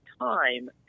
time